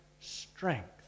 strength